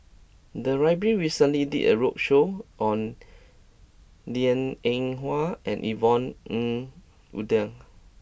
the library recently did a roadshow on Liang Eng Hwa and Yvonne Ng Uhde